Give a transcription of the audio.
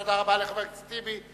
תודה רבה לחבר הכנסת טיבי.